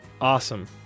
Awesome